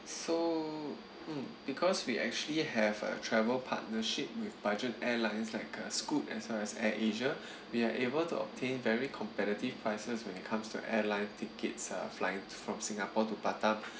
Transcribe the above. so mm because we actually have a travel partnership with budget airlines like uh scoot as well as air asia we are able to obtain very competitive prices when it comes to airline tickets uh flying from singapore to batam